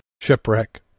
shipwreck